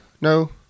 No